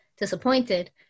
disappointed